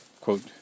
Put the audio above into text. quote